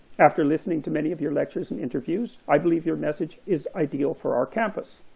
after listening to many of your lectures and interviews, i believe your message is ideal for our campus.